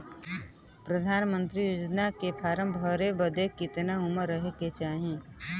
प्रधानमंत्री योजना के फॉर्म भरे बदे कितना उमर रहे के चाही?